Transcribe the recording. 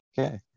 Okay